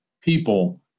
People